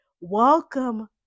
Welcome